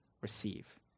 receive